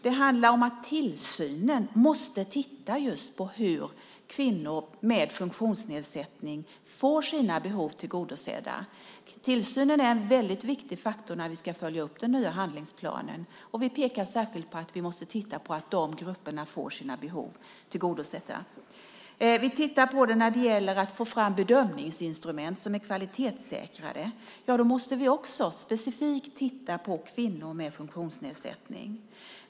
Det handlar om att tillsynen måste titta just på hur kvinnor med funktionsnedsättning får sina behov tillgodosedda. Tillsynen är en väldigt viktig faktor när vi ska följa upp den nya handlingsplanen. Vi pekar särskilt på att vi måste titta på att de grupperna får sina behov tillgodosedda. Vi tittar på det när det gäller att få fram bedömningsinstrument som är kvalitetssäkrade. Där måste vi också specifikt titta på kvinnor med funktionsnedsättning.